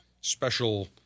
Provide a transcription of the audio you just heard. special